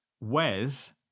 Wes